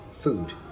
food